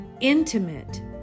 intimate